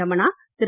Ramana Thiru